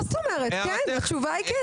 מה זאת אומרת כן, התשובה היא כן.